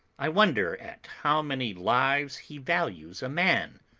i wonder at how many lives he values a man,